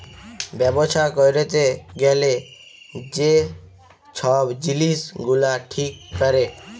ব্যবছা ক্যইরতে গ্যালে যে ছব জিলিস গুলা ঠিক ক্যরে